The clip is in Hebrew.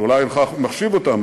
שאולי אינך מחשיב אותם,